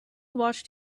watched